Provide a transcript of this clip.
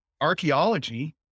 archaeology